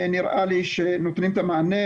נראה לי שהם נותנים את המענה,